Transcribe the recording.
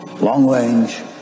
long-range